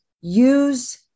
Use